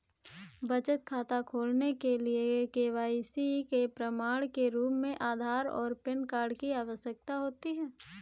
बचत खाता खोलने के लिए के.वाई.सी के प्रमाण के रूप में आधार और पैन कार्ड की आवश्यकता होती है